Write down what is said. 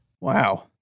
Wow